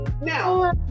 now